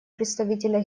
представителя